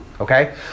Okay